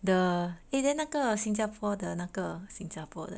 the eh then 那个新加坡的那个新加坡的